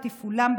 בתפעולם,